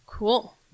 Cool